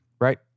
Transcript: Right